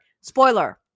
spoiler